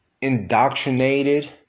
indoctrinated